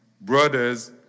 Brothers